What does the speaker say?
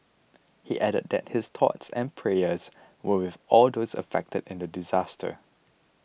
he added that his thoughts and prayers were with all those affected in the disaster